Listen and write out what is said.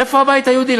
איפה הבית היהודי?